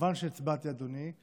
כמובן שהצבעתי, אדוני.